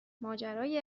ماجرای